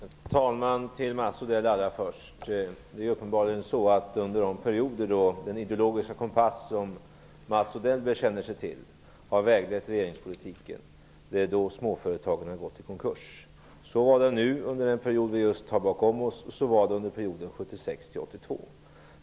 Herr talman! Allra först vill jag säga att det uppenbarligen är så att det är under de perioder då den ideologiska kompass som Mats Odell använder sig av har väglett regeringspolitiken som småföretagen har gått i konkurs. Så var det under den senaste perioden, och så var det 1976-1982.